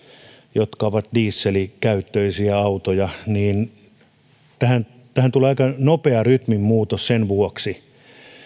jotka ovat dieselkäyttöisiä autoja tähän tähän tulee aika nopea rytminmuutos sen vuoksi